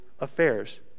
affairs